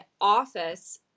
office